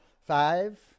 five